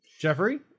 jeffrey